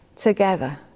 together